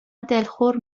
دلخور